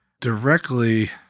directly